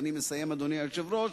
ואני מסיים, אדוני היושב ראש,